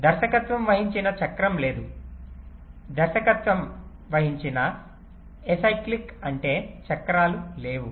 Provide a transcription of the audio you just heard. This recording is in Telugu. దర్శకత్వం వహించిన చక్రం లేదు దర్శకత్వం వహించిన ఎసిక్లిక్ అంటే చక్రాలు లేవు